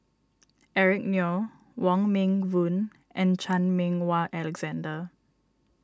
Eric Neo Wong Meng Voon and Chan Meng Wah Alexander